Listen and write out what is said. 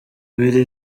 biri